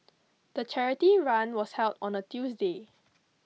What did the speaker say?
the charity run was held on a Tuesday